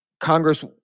Congress